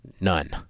None